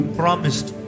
promised